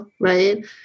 right